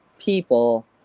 people